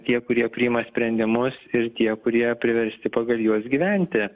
tie kurie priima sprendimus ir tie kurie priversti pagal juos gyventi